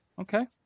Okay